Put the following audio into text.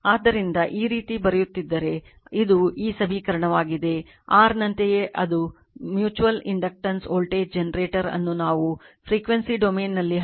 ಆದ್ದರಿಂದ ಈ ರೀತಿ ಬರೆಯುತ್ತಿದ್ದರೆ ಇದು ಈ ಸಮೀಕರಣವಾಗಿದೆ r ನಂತೆಯೇ ಅದೇ ಮ್ಯೂಚುವಲ್ ಇಂಡಕ್ಟನ್ಸ್ ವೋಲ್ಟೇಜ್ ಜನರೇಟರ್ ಅನ್ನು ನಾವು FREQUENCY ಡೊಮೇನ್ನಲ್ಲಿ ಹಾಕುತ್ತಿದ್ದೇವೆ